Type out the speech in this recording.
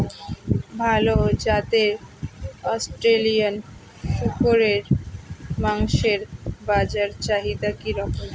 ভাল জাতের অস্ট্রেলিয়ান শূকরের মাংসের বাজার চাহিদা কি রকম?